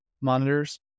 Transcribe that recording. monitors